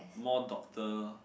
more doctor